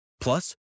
Plus